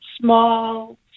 small